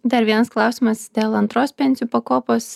dar vienas klausimas dėl antros pensijų pakopos